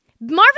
Marvin